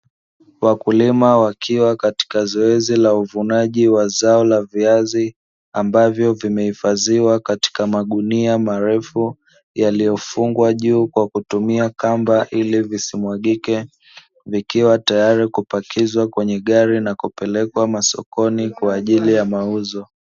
Wakulima wakiwa katika zoezi la uvunaji wa zao viazi ambavyo vimehifadhiwa katika magunia marefu yaliyofungwa juu kwa kutumia kamba ili visimwagike, vikiwa tayari kupakiwa kwenye gari na kupelekwa masokoni kwa ajili ya mauzo.